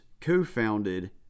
co-founded